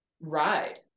ride